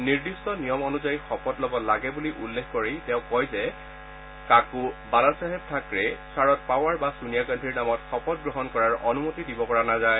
নিৰ্দিষ্ট নিয়ম অনুযায়ী শপত ল'ব লাগে বুলি উল্লেখ কৰে তেওঁ কয় যে কাকো বালাচাহেব থাকৰে শাৰদ পাৱাৰ বা ছেনিয়া গান্ধীৰ নামত শপত গ্ৰহণ কৰাৰ অনুমতি দিব পৰা নাযায়